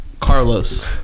Carlos